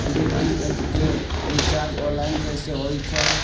DTH के recharge online कैसे होईछई?